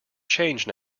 change